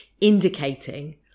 indicating